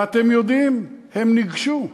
ואתם יודעים, הם ניגשו.